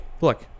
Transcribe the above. look